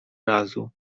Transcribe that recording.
razu